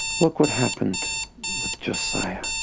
look what happened with josiah,